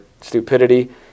stupidity